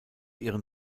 ihren